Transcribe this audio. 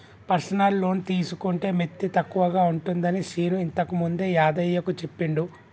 personal loan తీసుకుంటే మిత్తి తక్కువగా ఉంటుందని శీను ఇంతకుముందే యాదయ్యకు చెప్పిండు